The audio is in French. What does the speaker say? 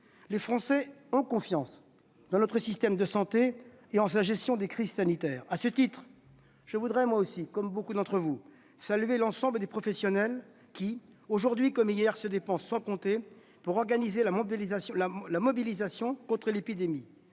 Les Français ont confiance dans notre système de santé et dans sa gestion des crises sanitaires. À ce titre, je salue à mon tour l'ensemble les professionnels qui, aujourd'hui comme hier, se dépensent sans compter pour organiser la mobilisation contre l'épidémie.